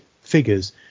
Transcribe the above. figures